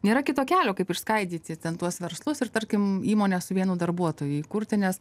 nėra kito kelio kaip išskaidyti ten tuos verslus ir tarkim įmonę su vienu darbuotoju įkurti nes